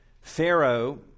Pharaoh